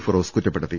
ഫിറോസ് കുറ്റപ്പെടുത്തി